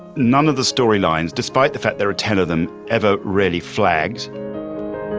none of the storylines, despite the fact there are ten of them ever really flags